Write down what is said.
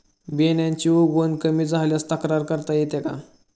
बियाण्यांची उगवण कमी झाल्यास तक्रार करता येते का?